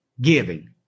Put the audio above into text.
giving